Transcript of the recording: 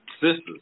sisters